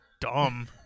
dumb